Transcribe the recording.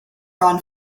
grown